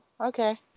okay